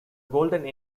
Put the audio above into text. golden